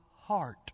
heart